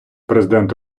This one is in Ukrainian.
президент